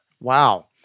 Wow